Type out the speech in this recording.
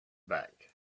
back